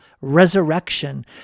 resurrection